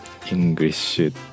English